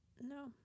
No